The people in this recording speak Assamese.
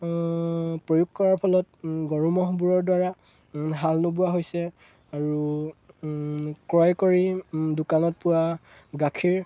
প্ৰয়োগ কৰাৰ ফলত গৰু ম'হবোৰৰদ্বাৰা হাল নোবোৱা হৈছে আৰু ক্ৰয় কৰি দোকানত পোৱা গাখীৰ